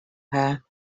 her